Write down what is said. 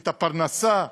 את הפרנסה,